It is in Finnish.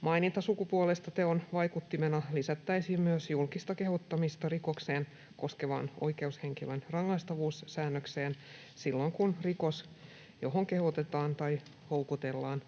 Maininta sukupuolesta teon vaikuttimena lisättäisiin myös julkista kehottamista rikokseen koskevaan oikeushenkilön rangaistavuussäännökseen silloin, kun rikos, johon kehotetaan tai houkutellaan,